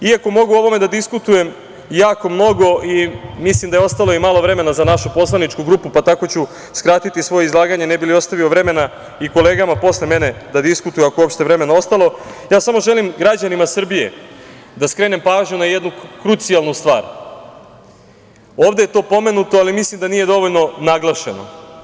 Iako mogu o ovome da diskutujem jako mnogo, i mislim da je ostalo malo vremena za našu poslaničku grupu, pa ću tako skratiti izlaganje ne bih li ostavio vremena i kolegama posle mene da diskutuju, ako je uopšte vremena ostalo, ja samo želim građanima Srbije da skrenem pažnju na jednu krucijalnu stvar, ovde je to pomenuto, ali mislim da nije dovoljno naglašeno.